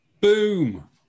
Boom